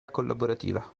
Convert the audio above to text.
collaborativa